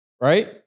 Right